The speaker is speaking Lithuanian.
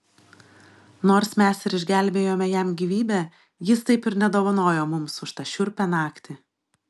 nors mes ir išgelbėjome jam gyvybę jis taip ir nedovanojo mums už tą šiurpią naktį